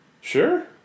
Sure